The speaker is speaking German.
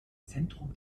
zentrum